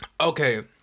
okay